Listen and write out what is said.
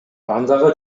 андагы